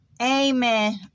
Amen